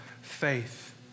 faith